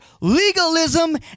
legalism